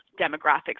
demographics